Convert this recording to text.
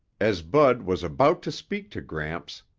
as bud was about to speak to gramps,